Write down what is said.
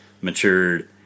matured